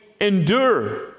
endure